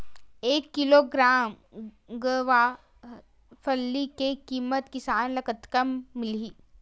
एक किलोग्राम गवारफली के किमत किसान ल कतका मिलही?